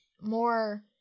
more